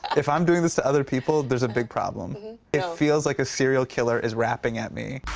and if i'm doing this to other people there's a big problem. it feels like a serial killer is rapping at me.